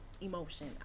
emotion